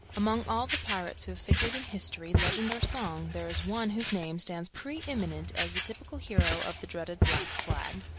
among all the pirates who have figured in history, legend, or song, there is one whose name stands preeminent as the typical hero of the dreaded black flag.